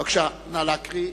בבקשה, נא להקריא.